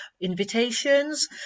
invitations